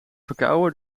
verkouden